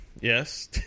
yes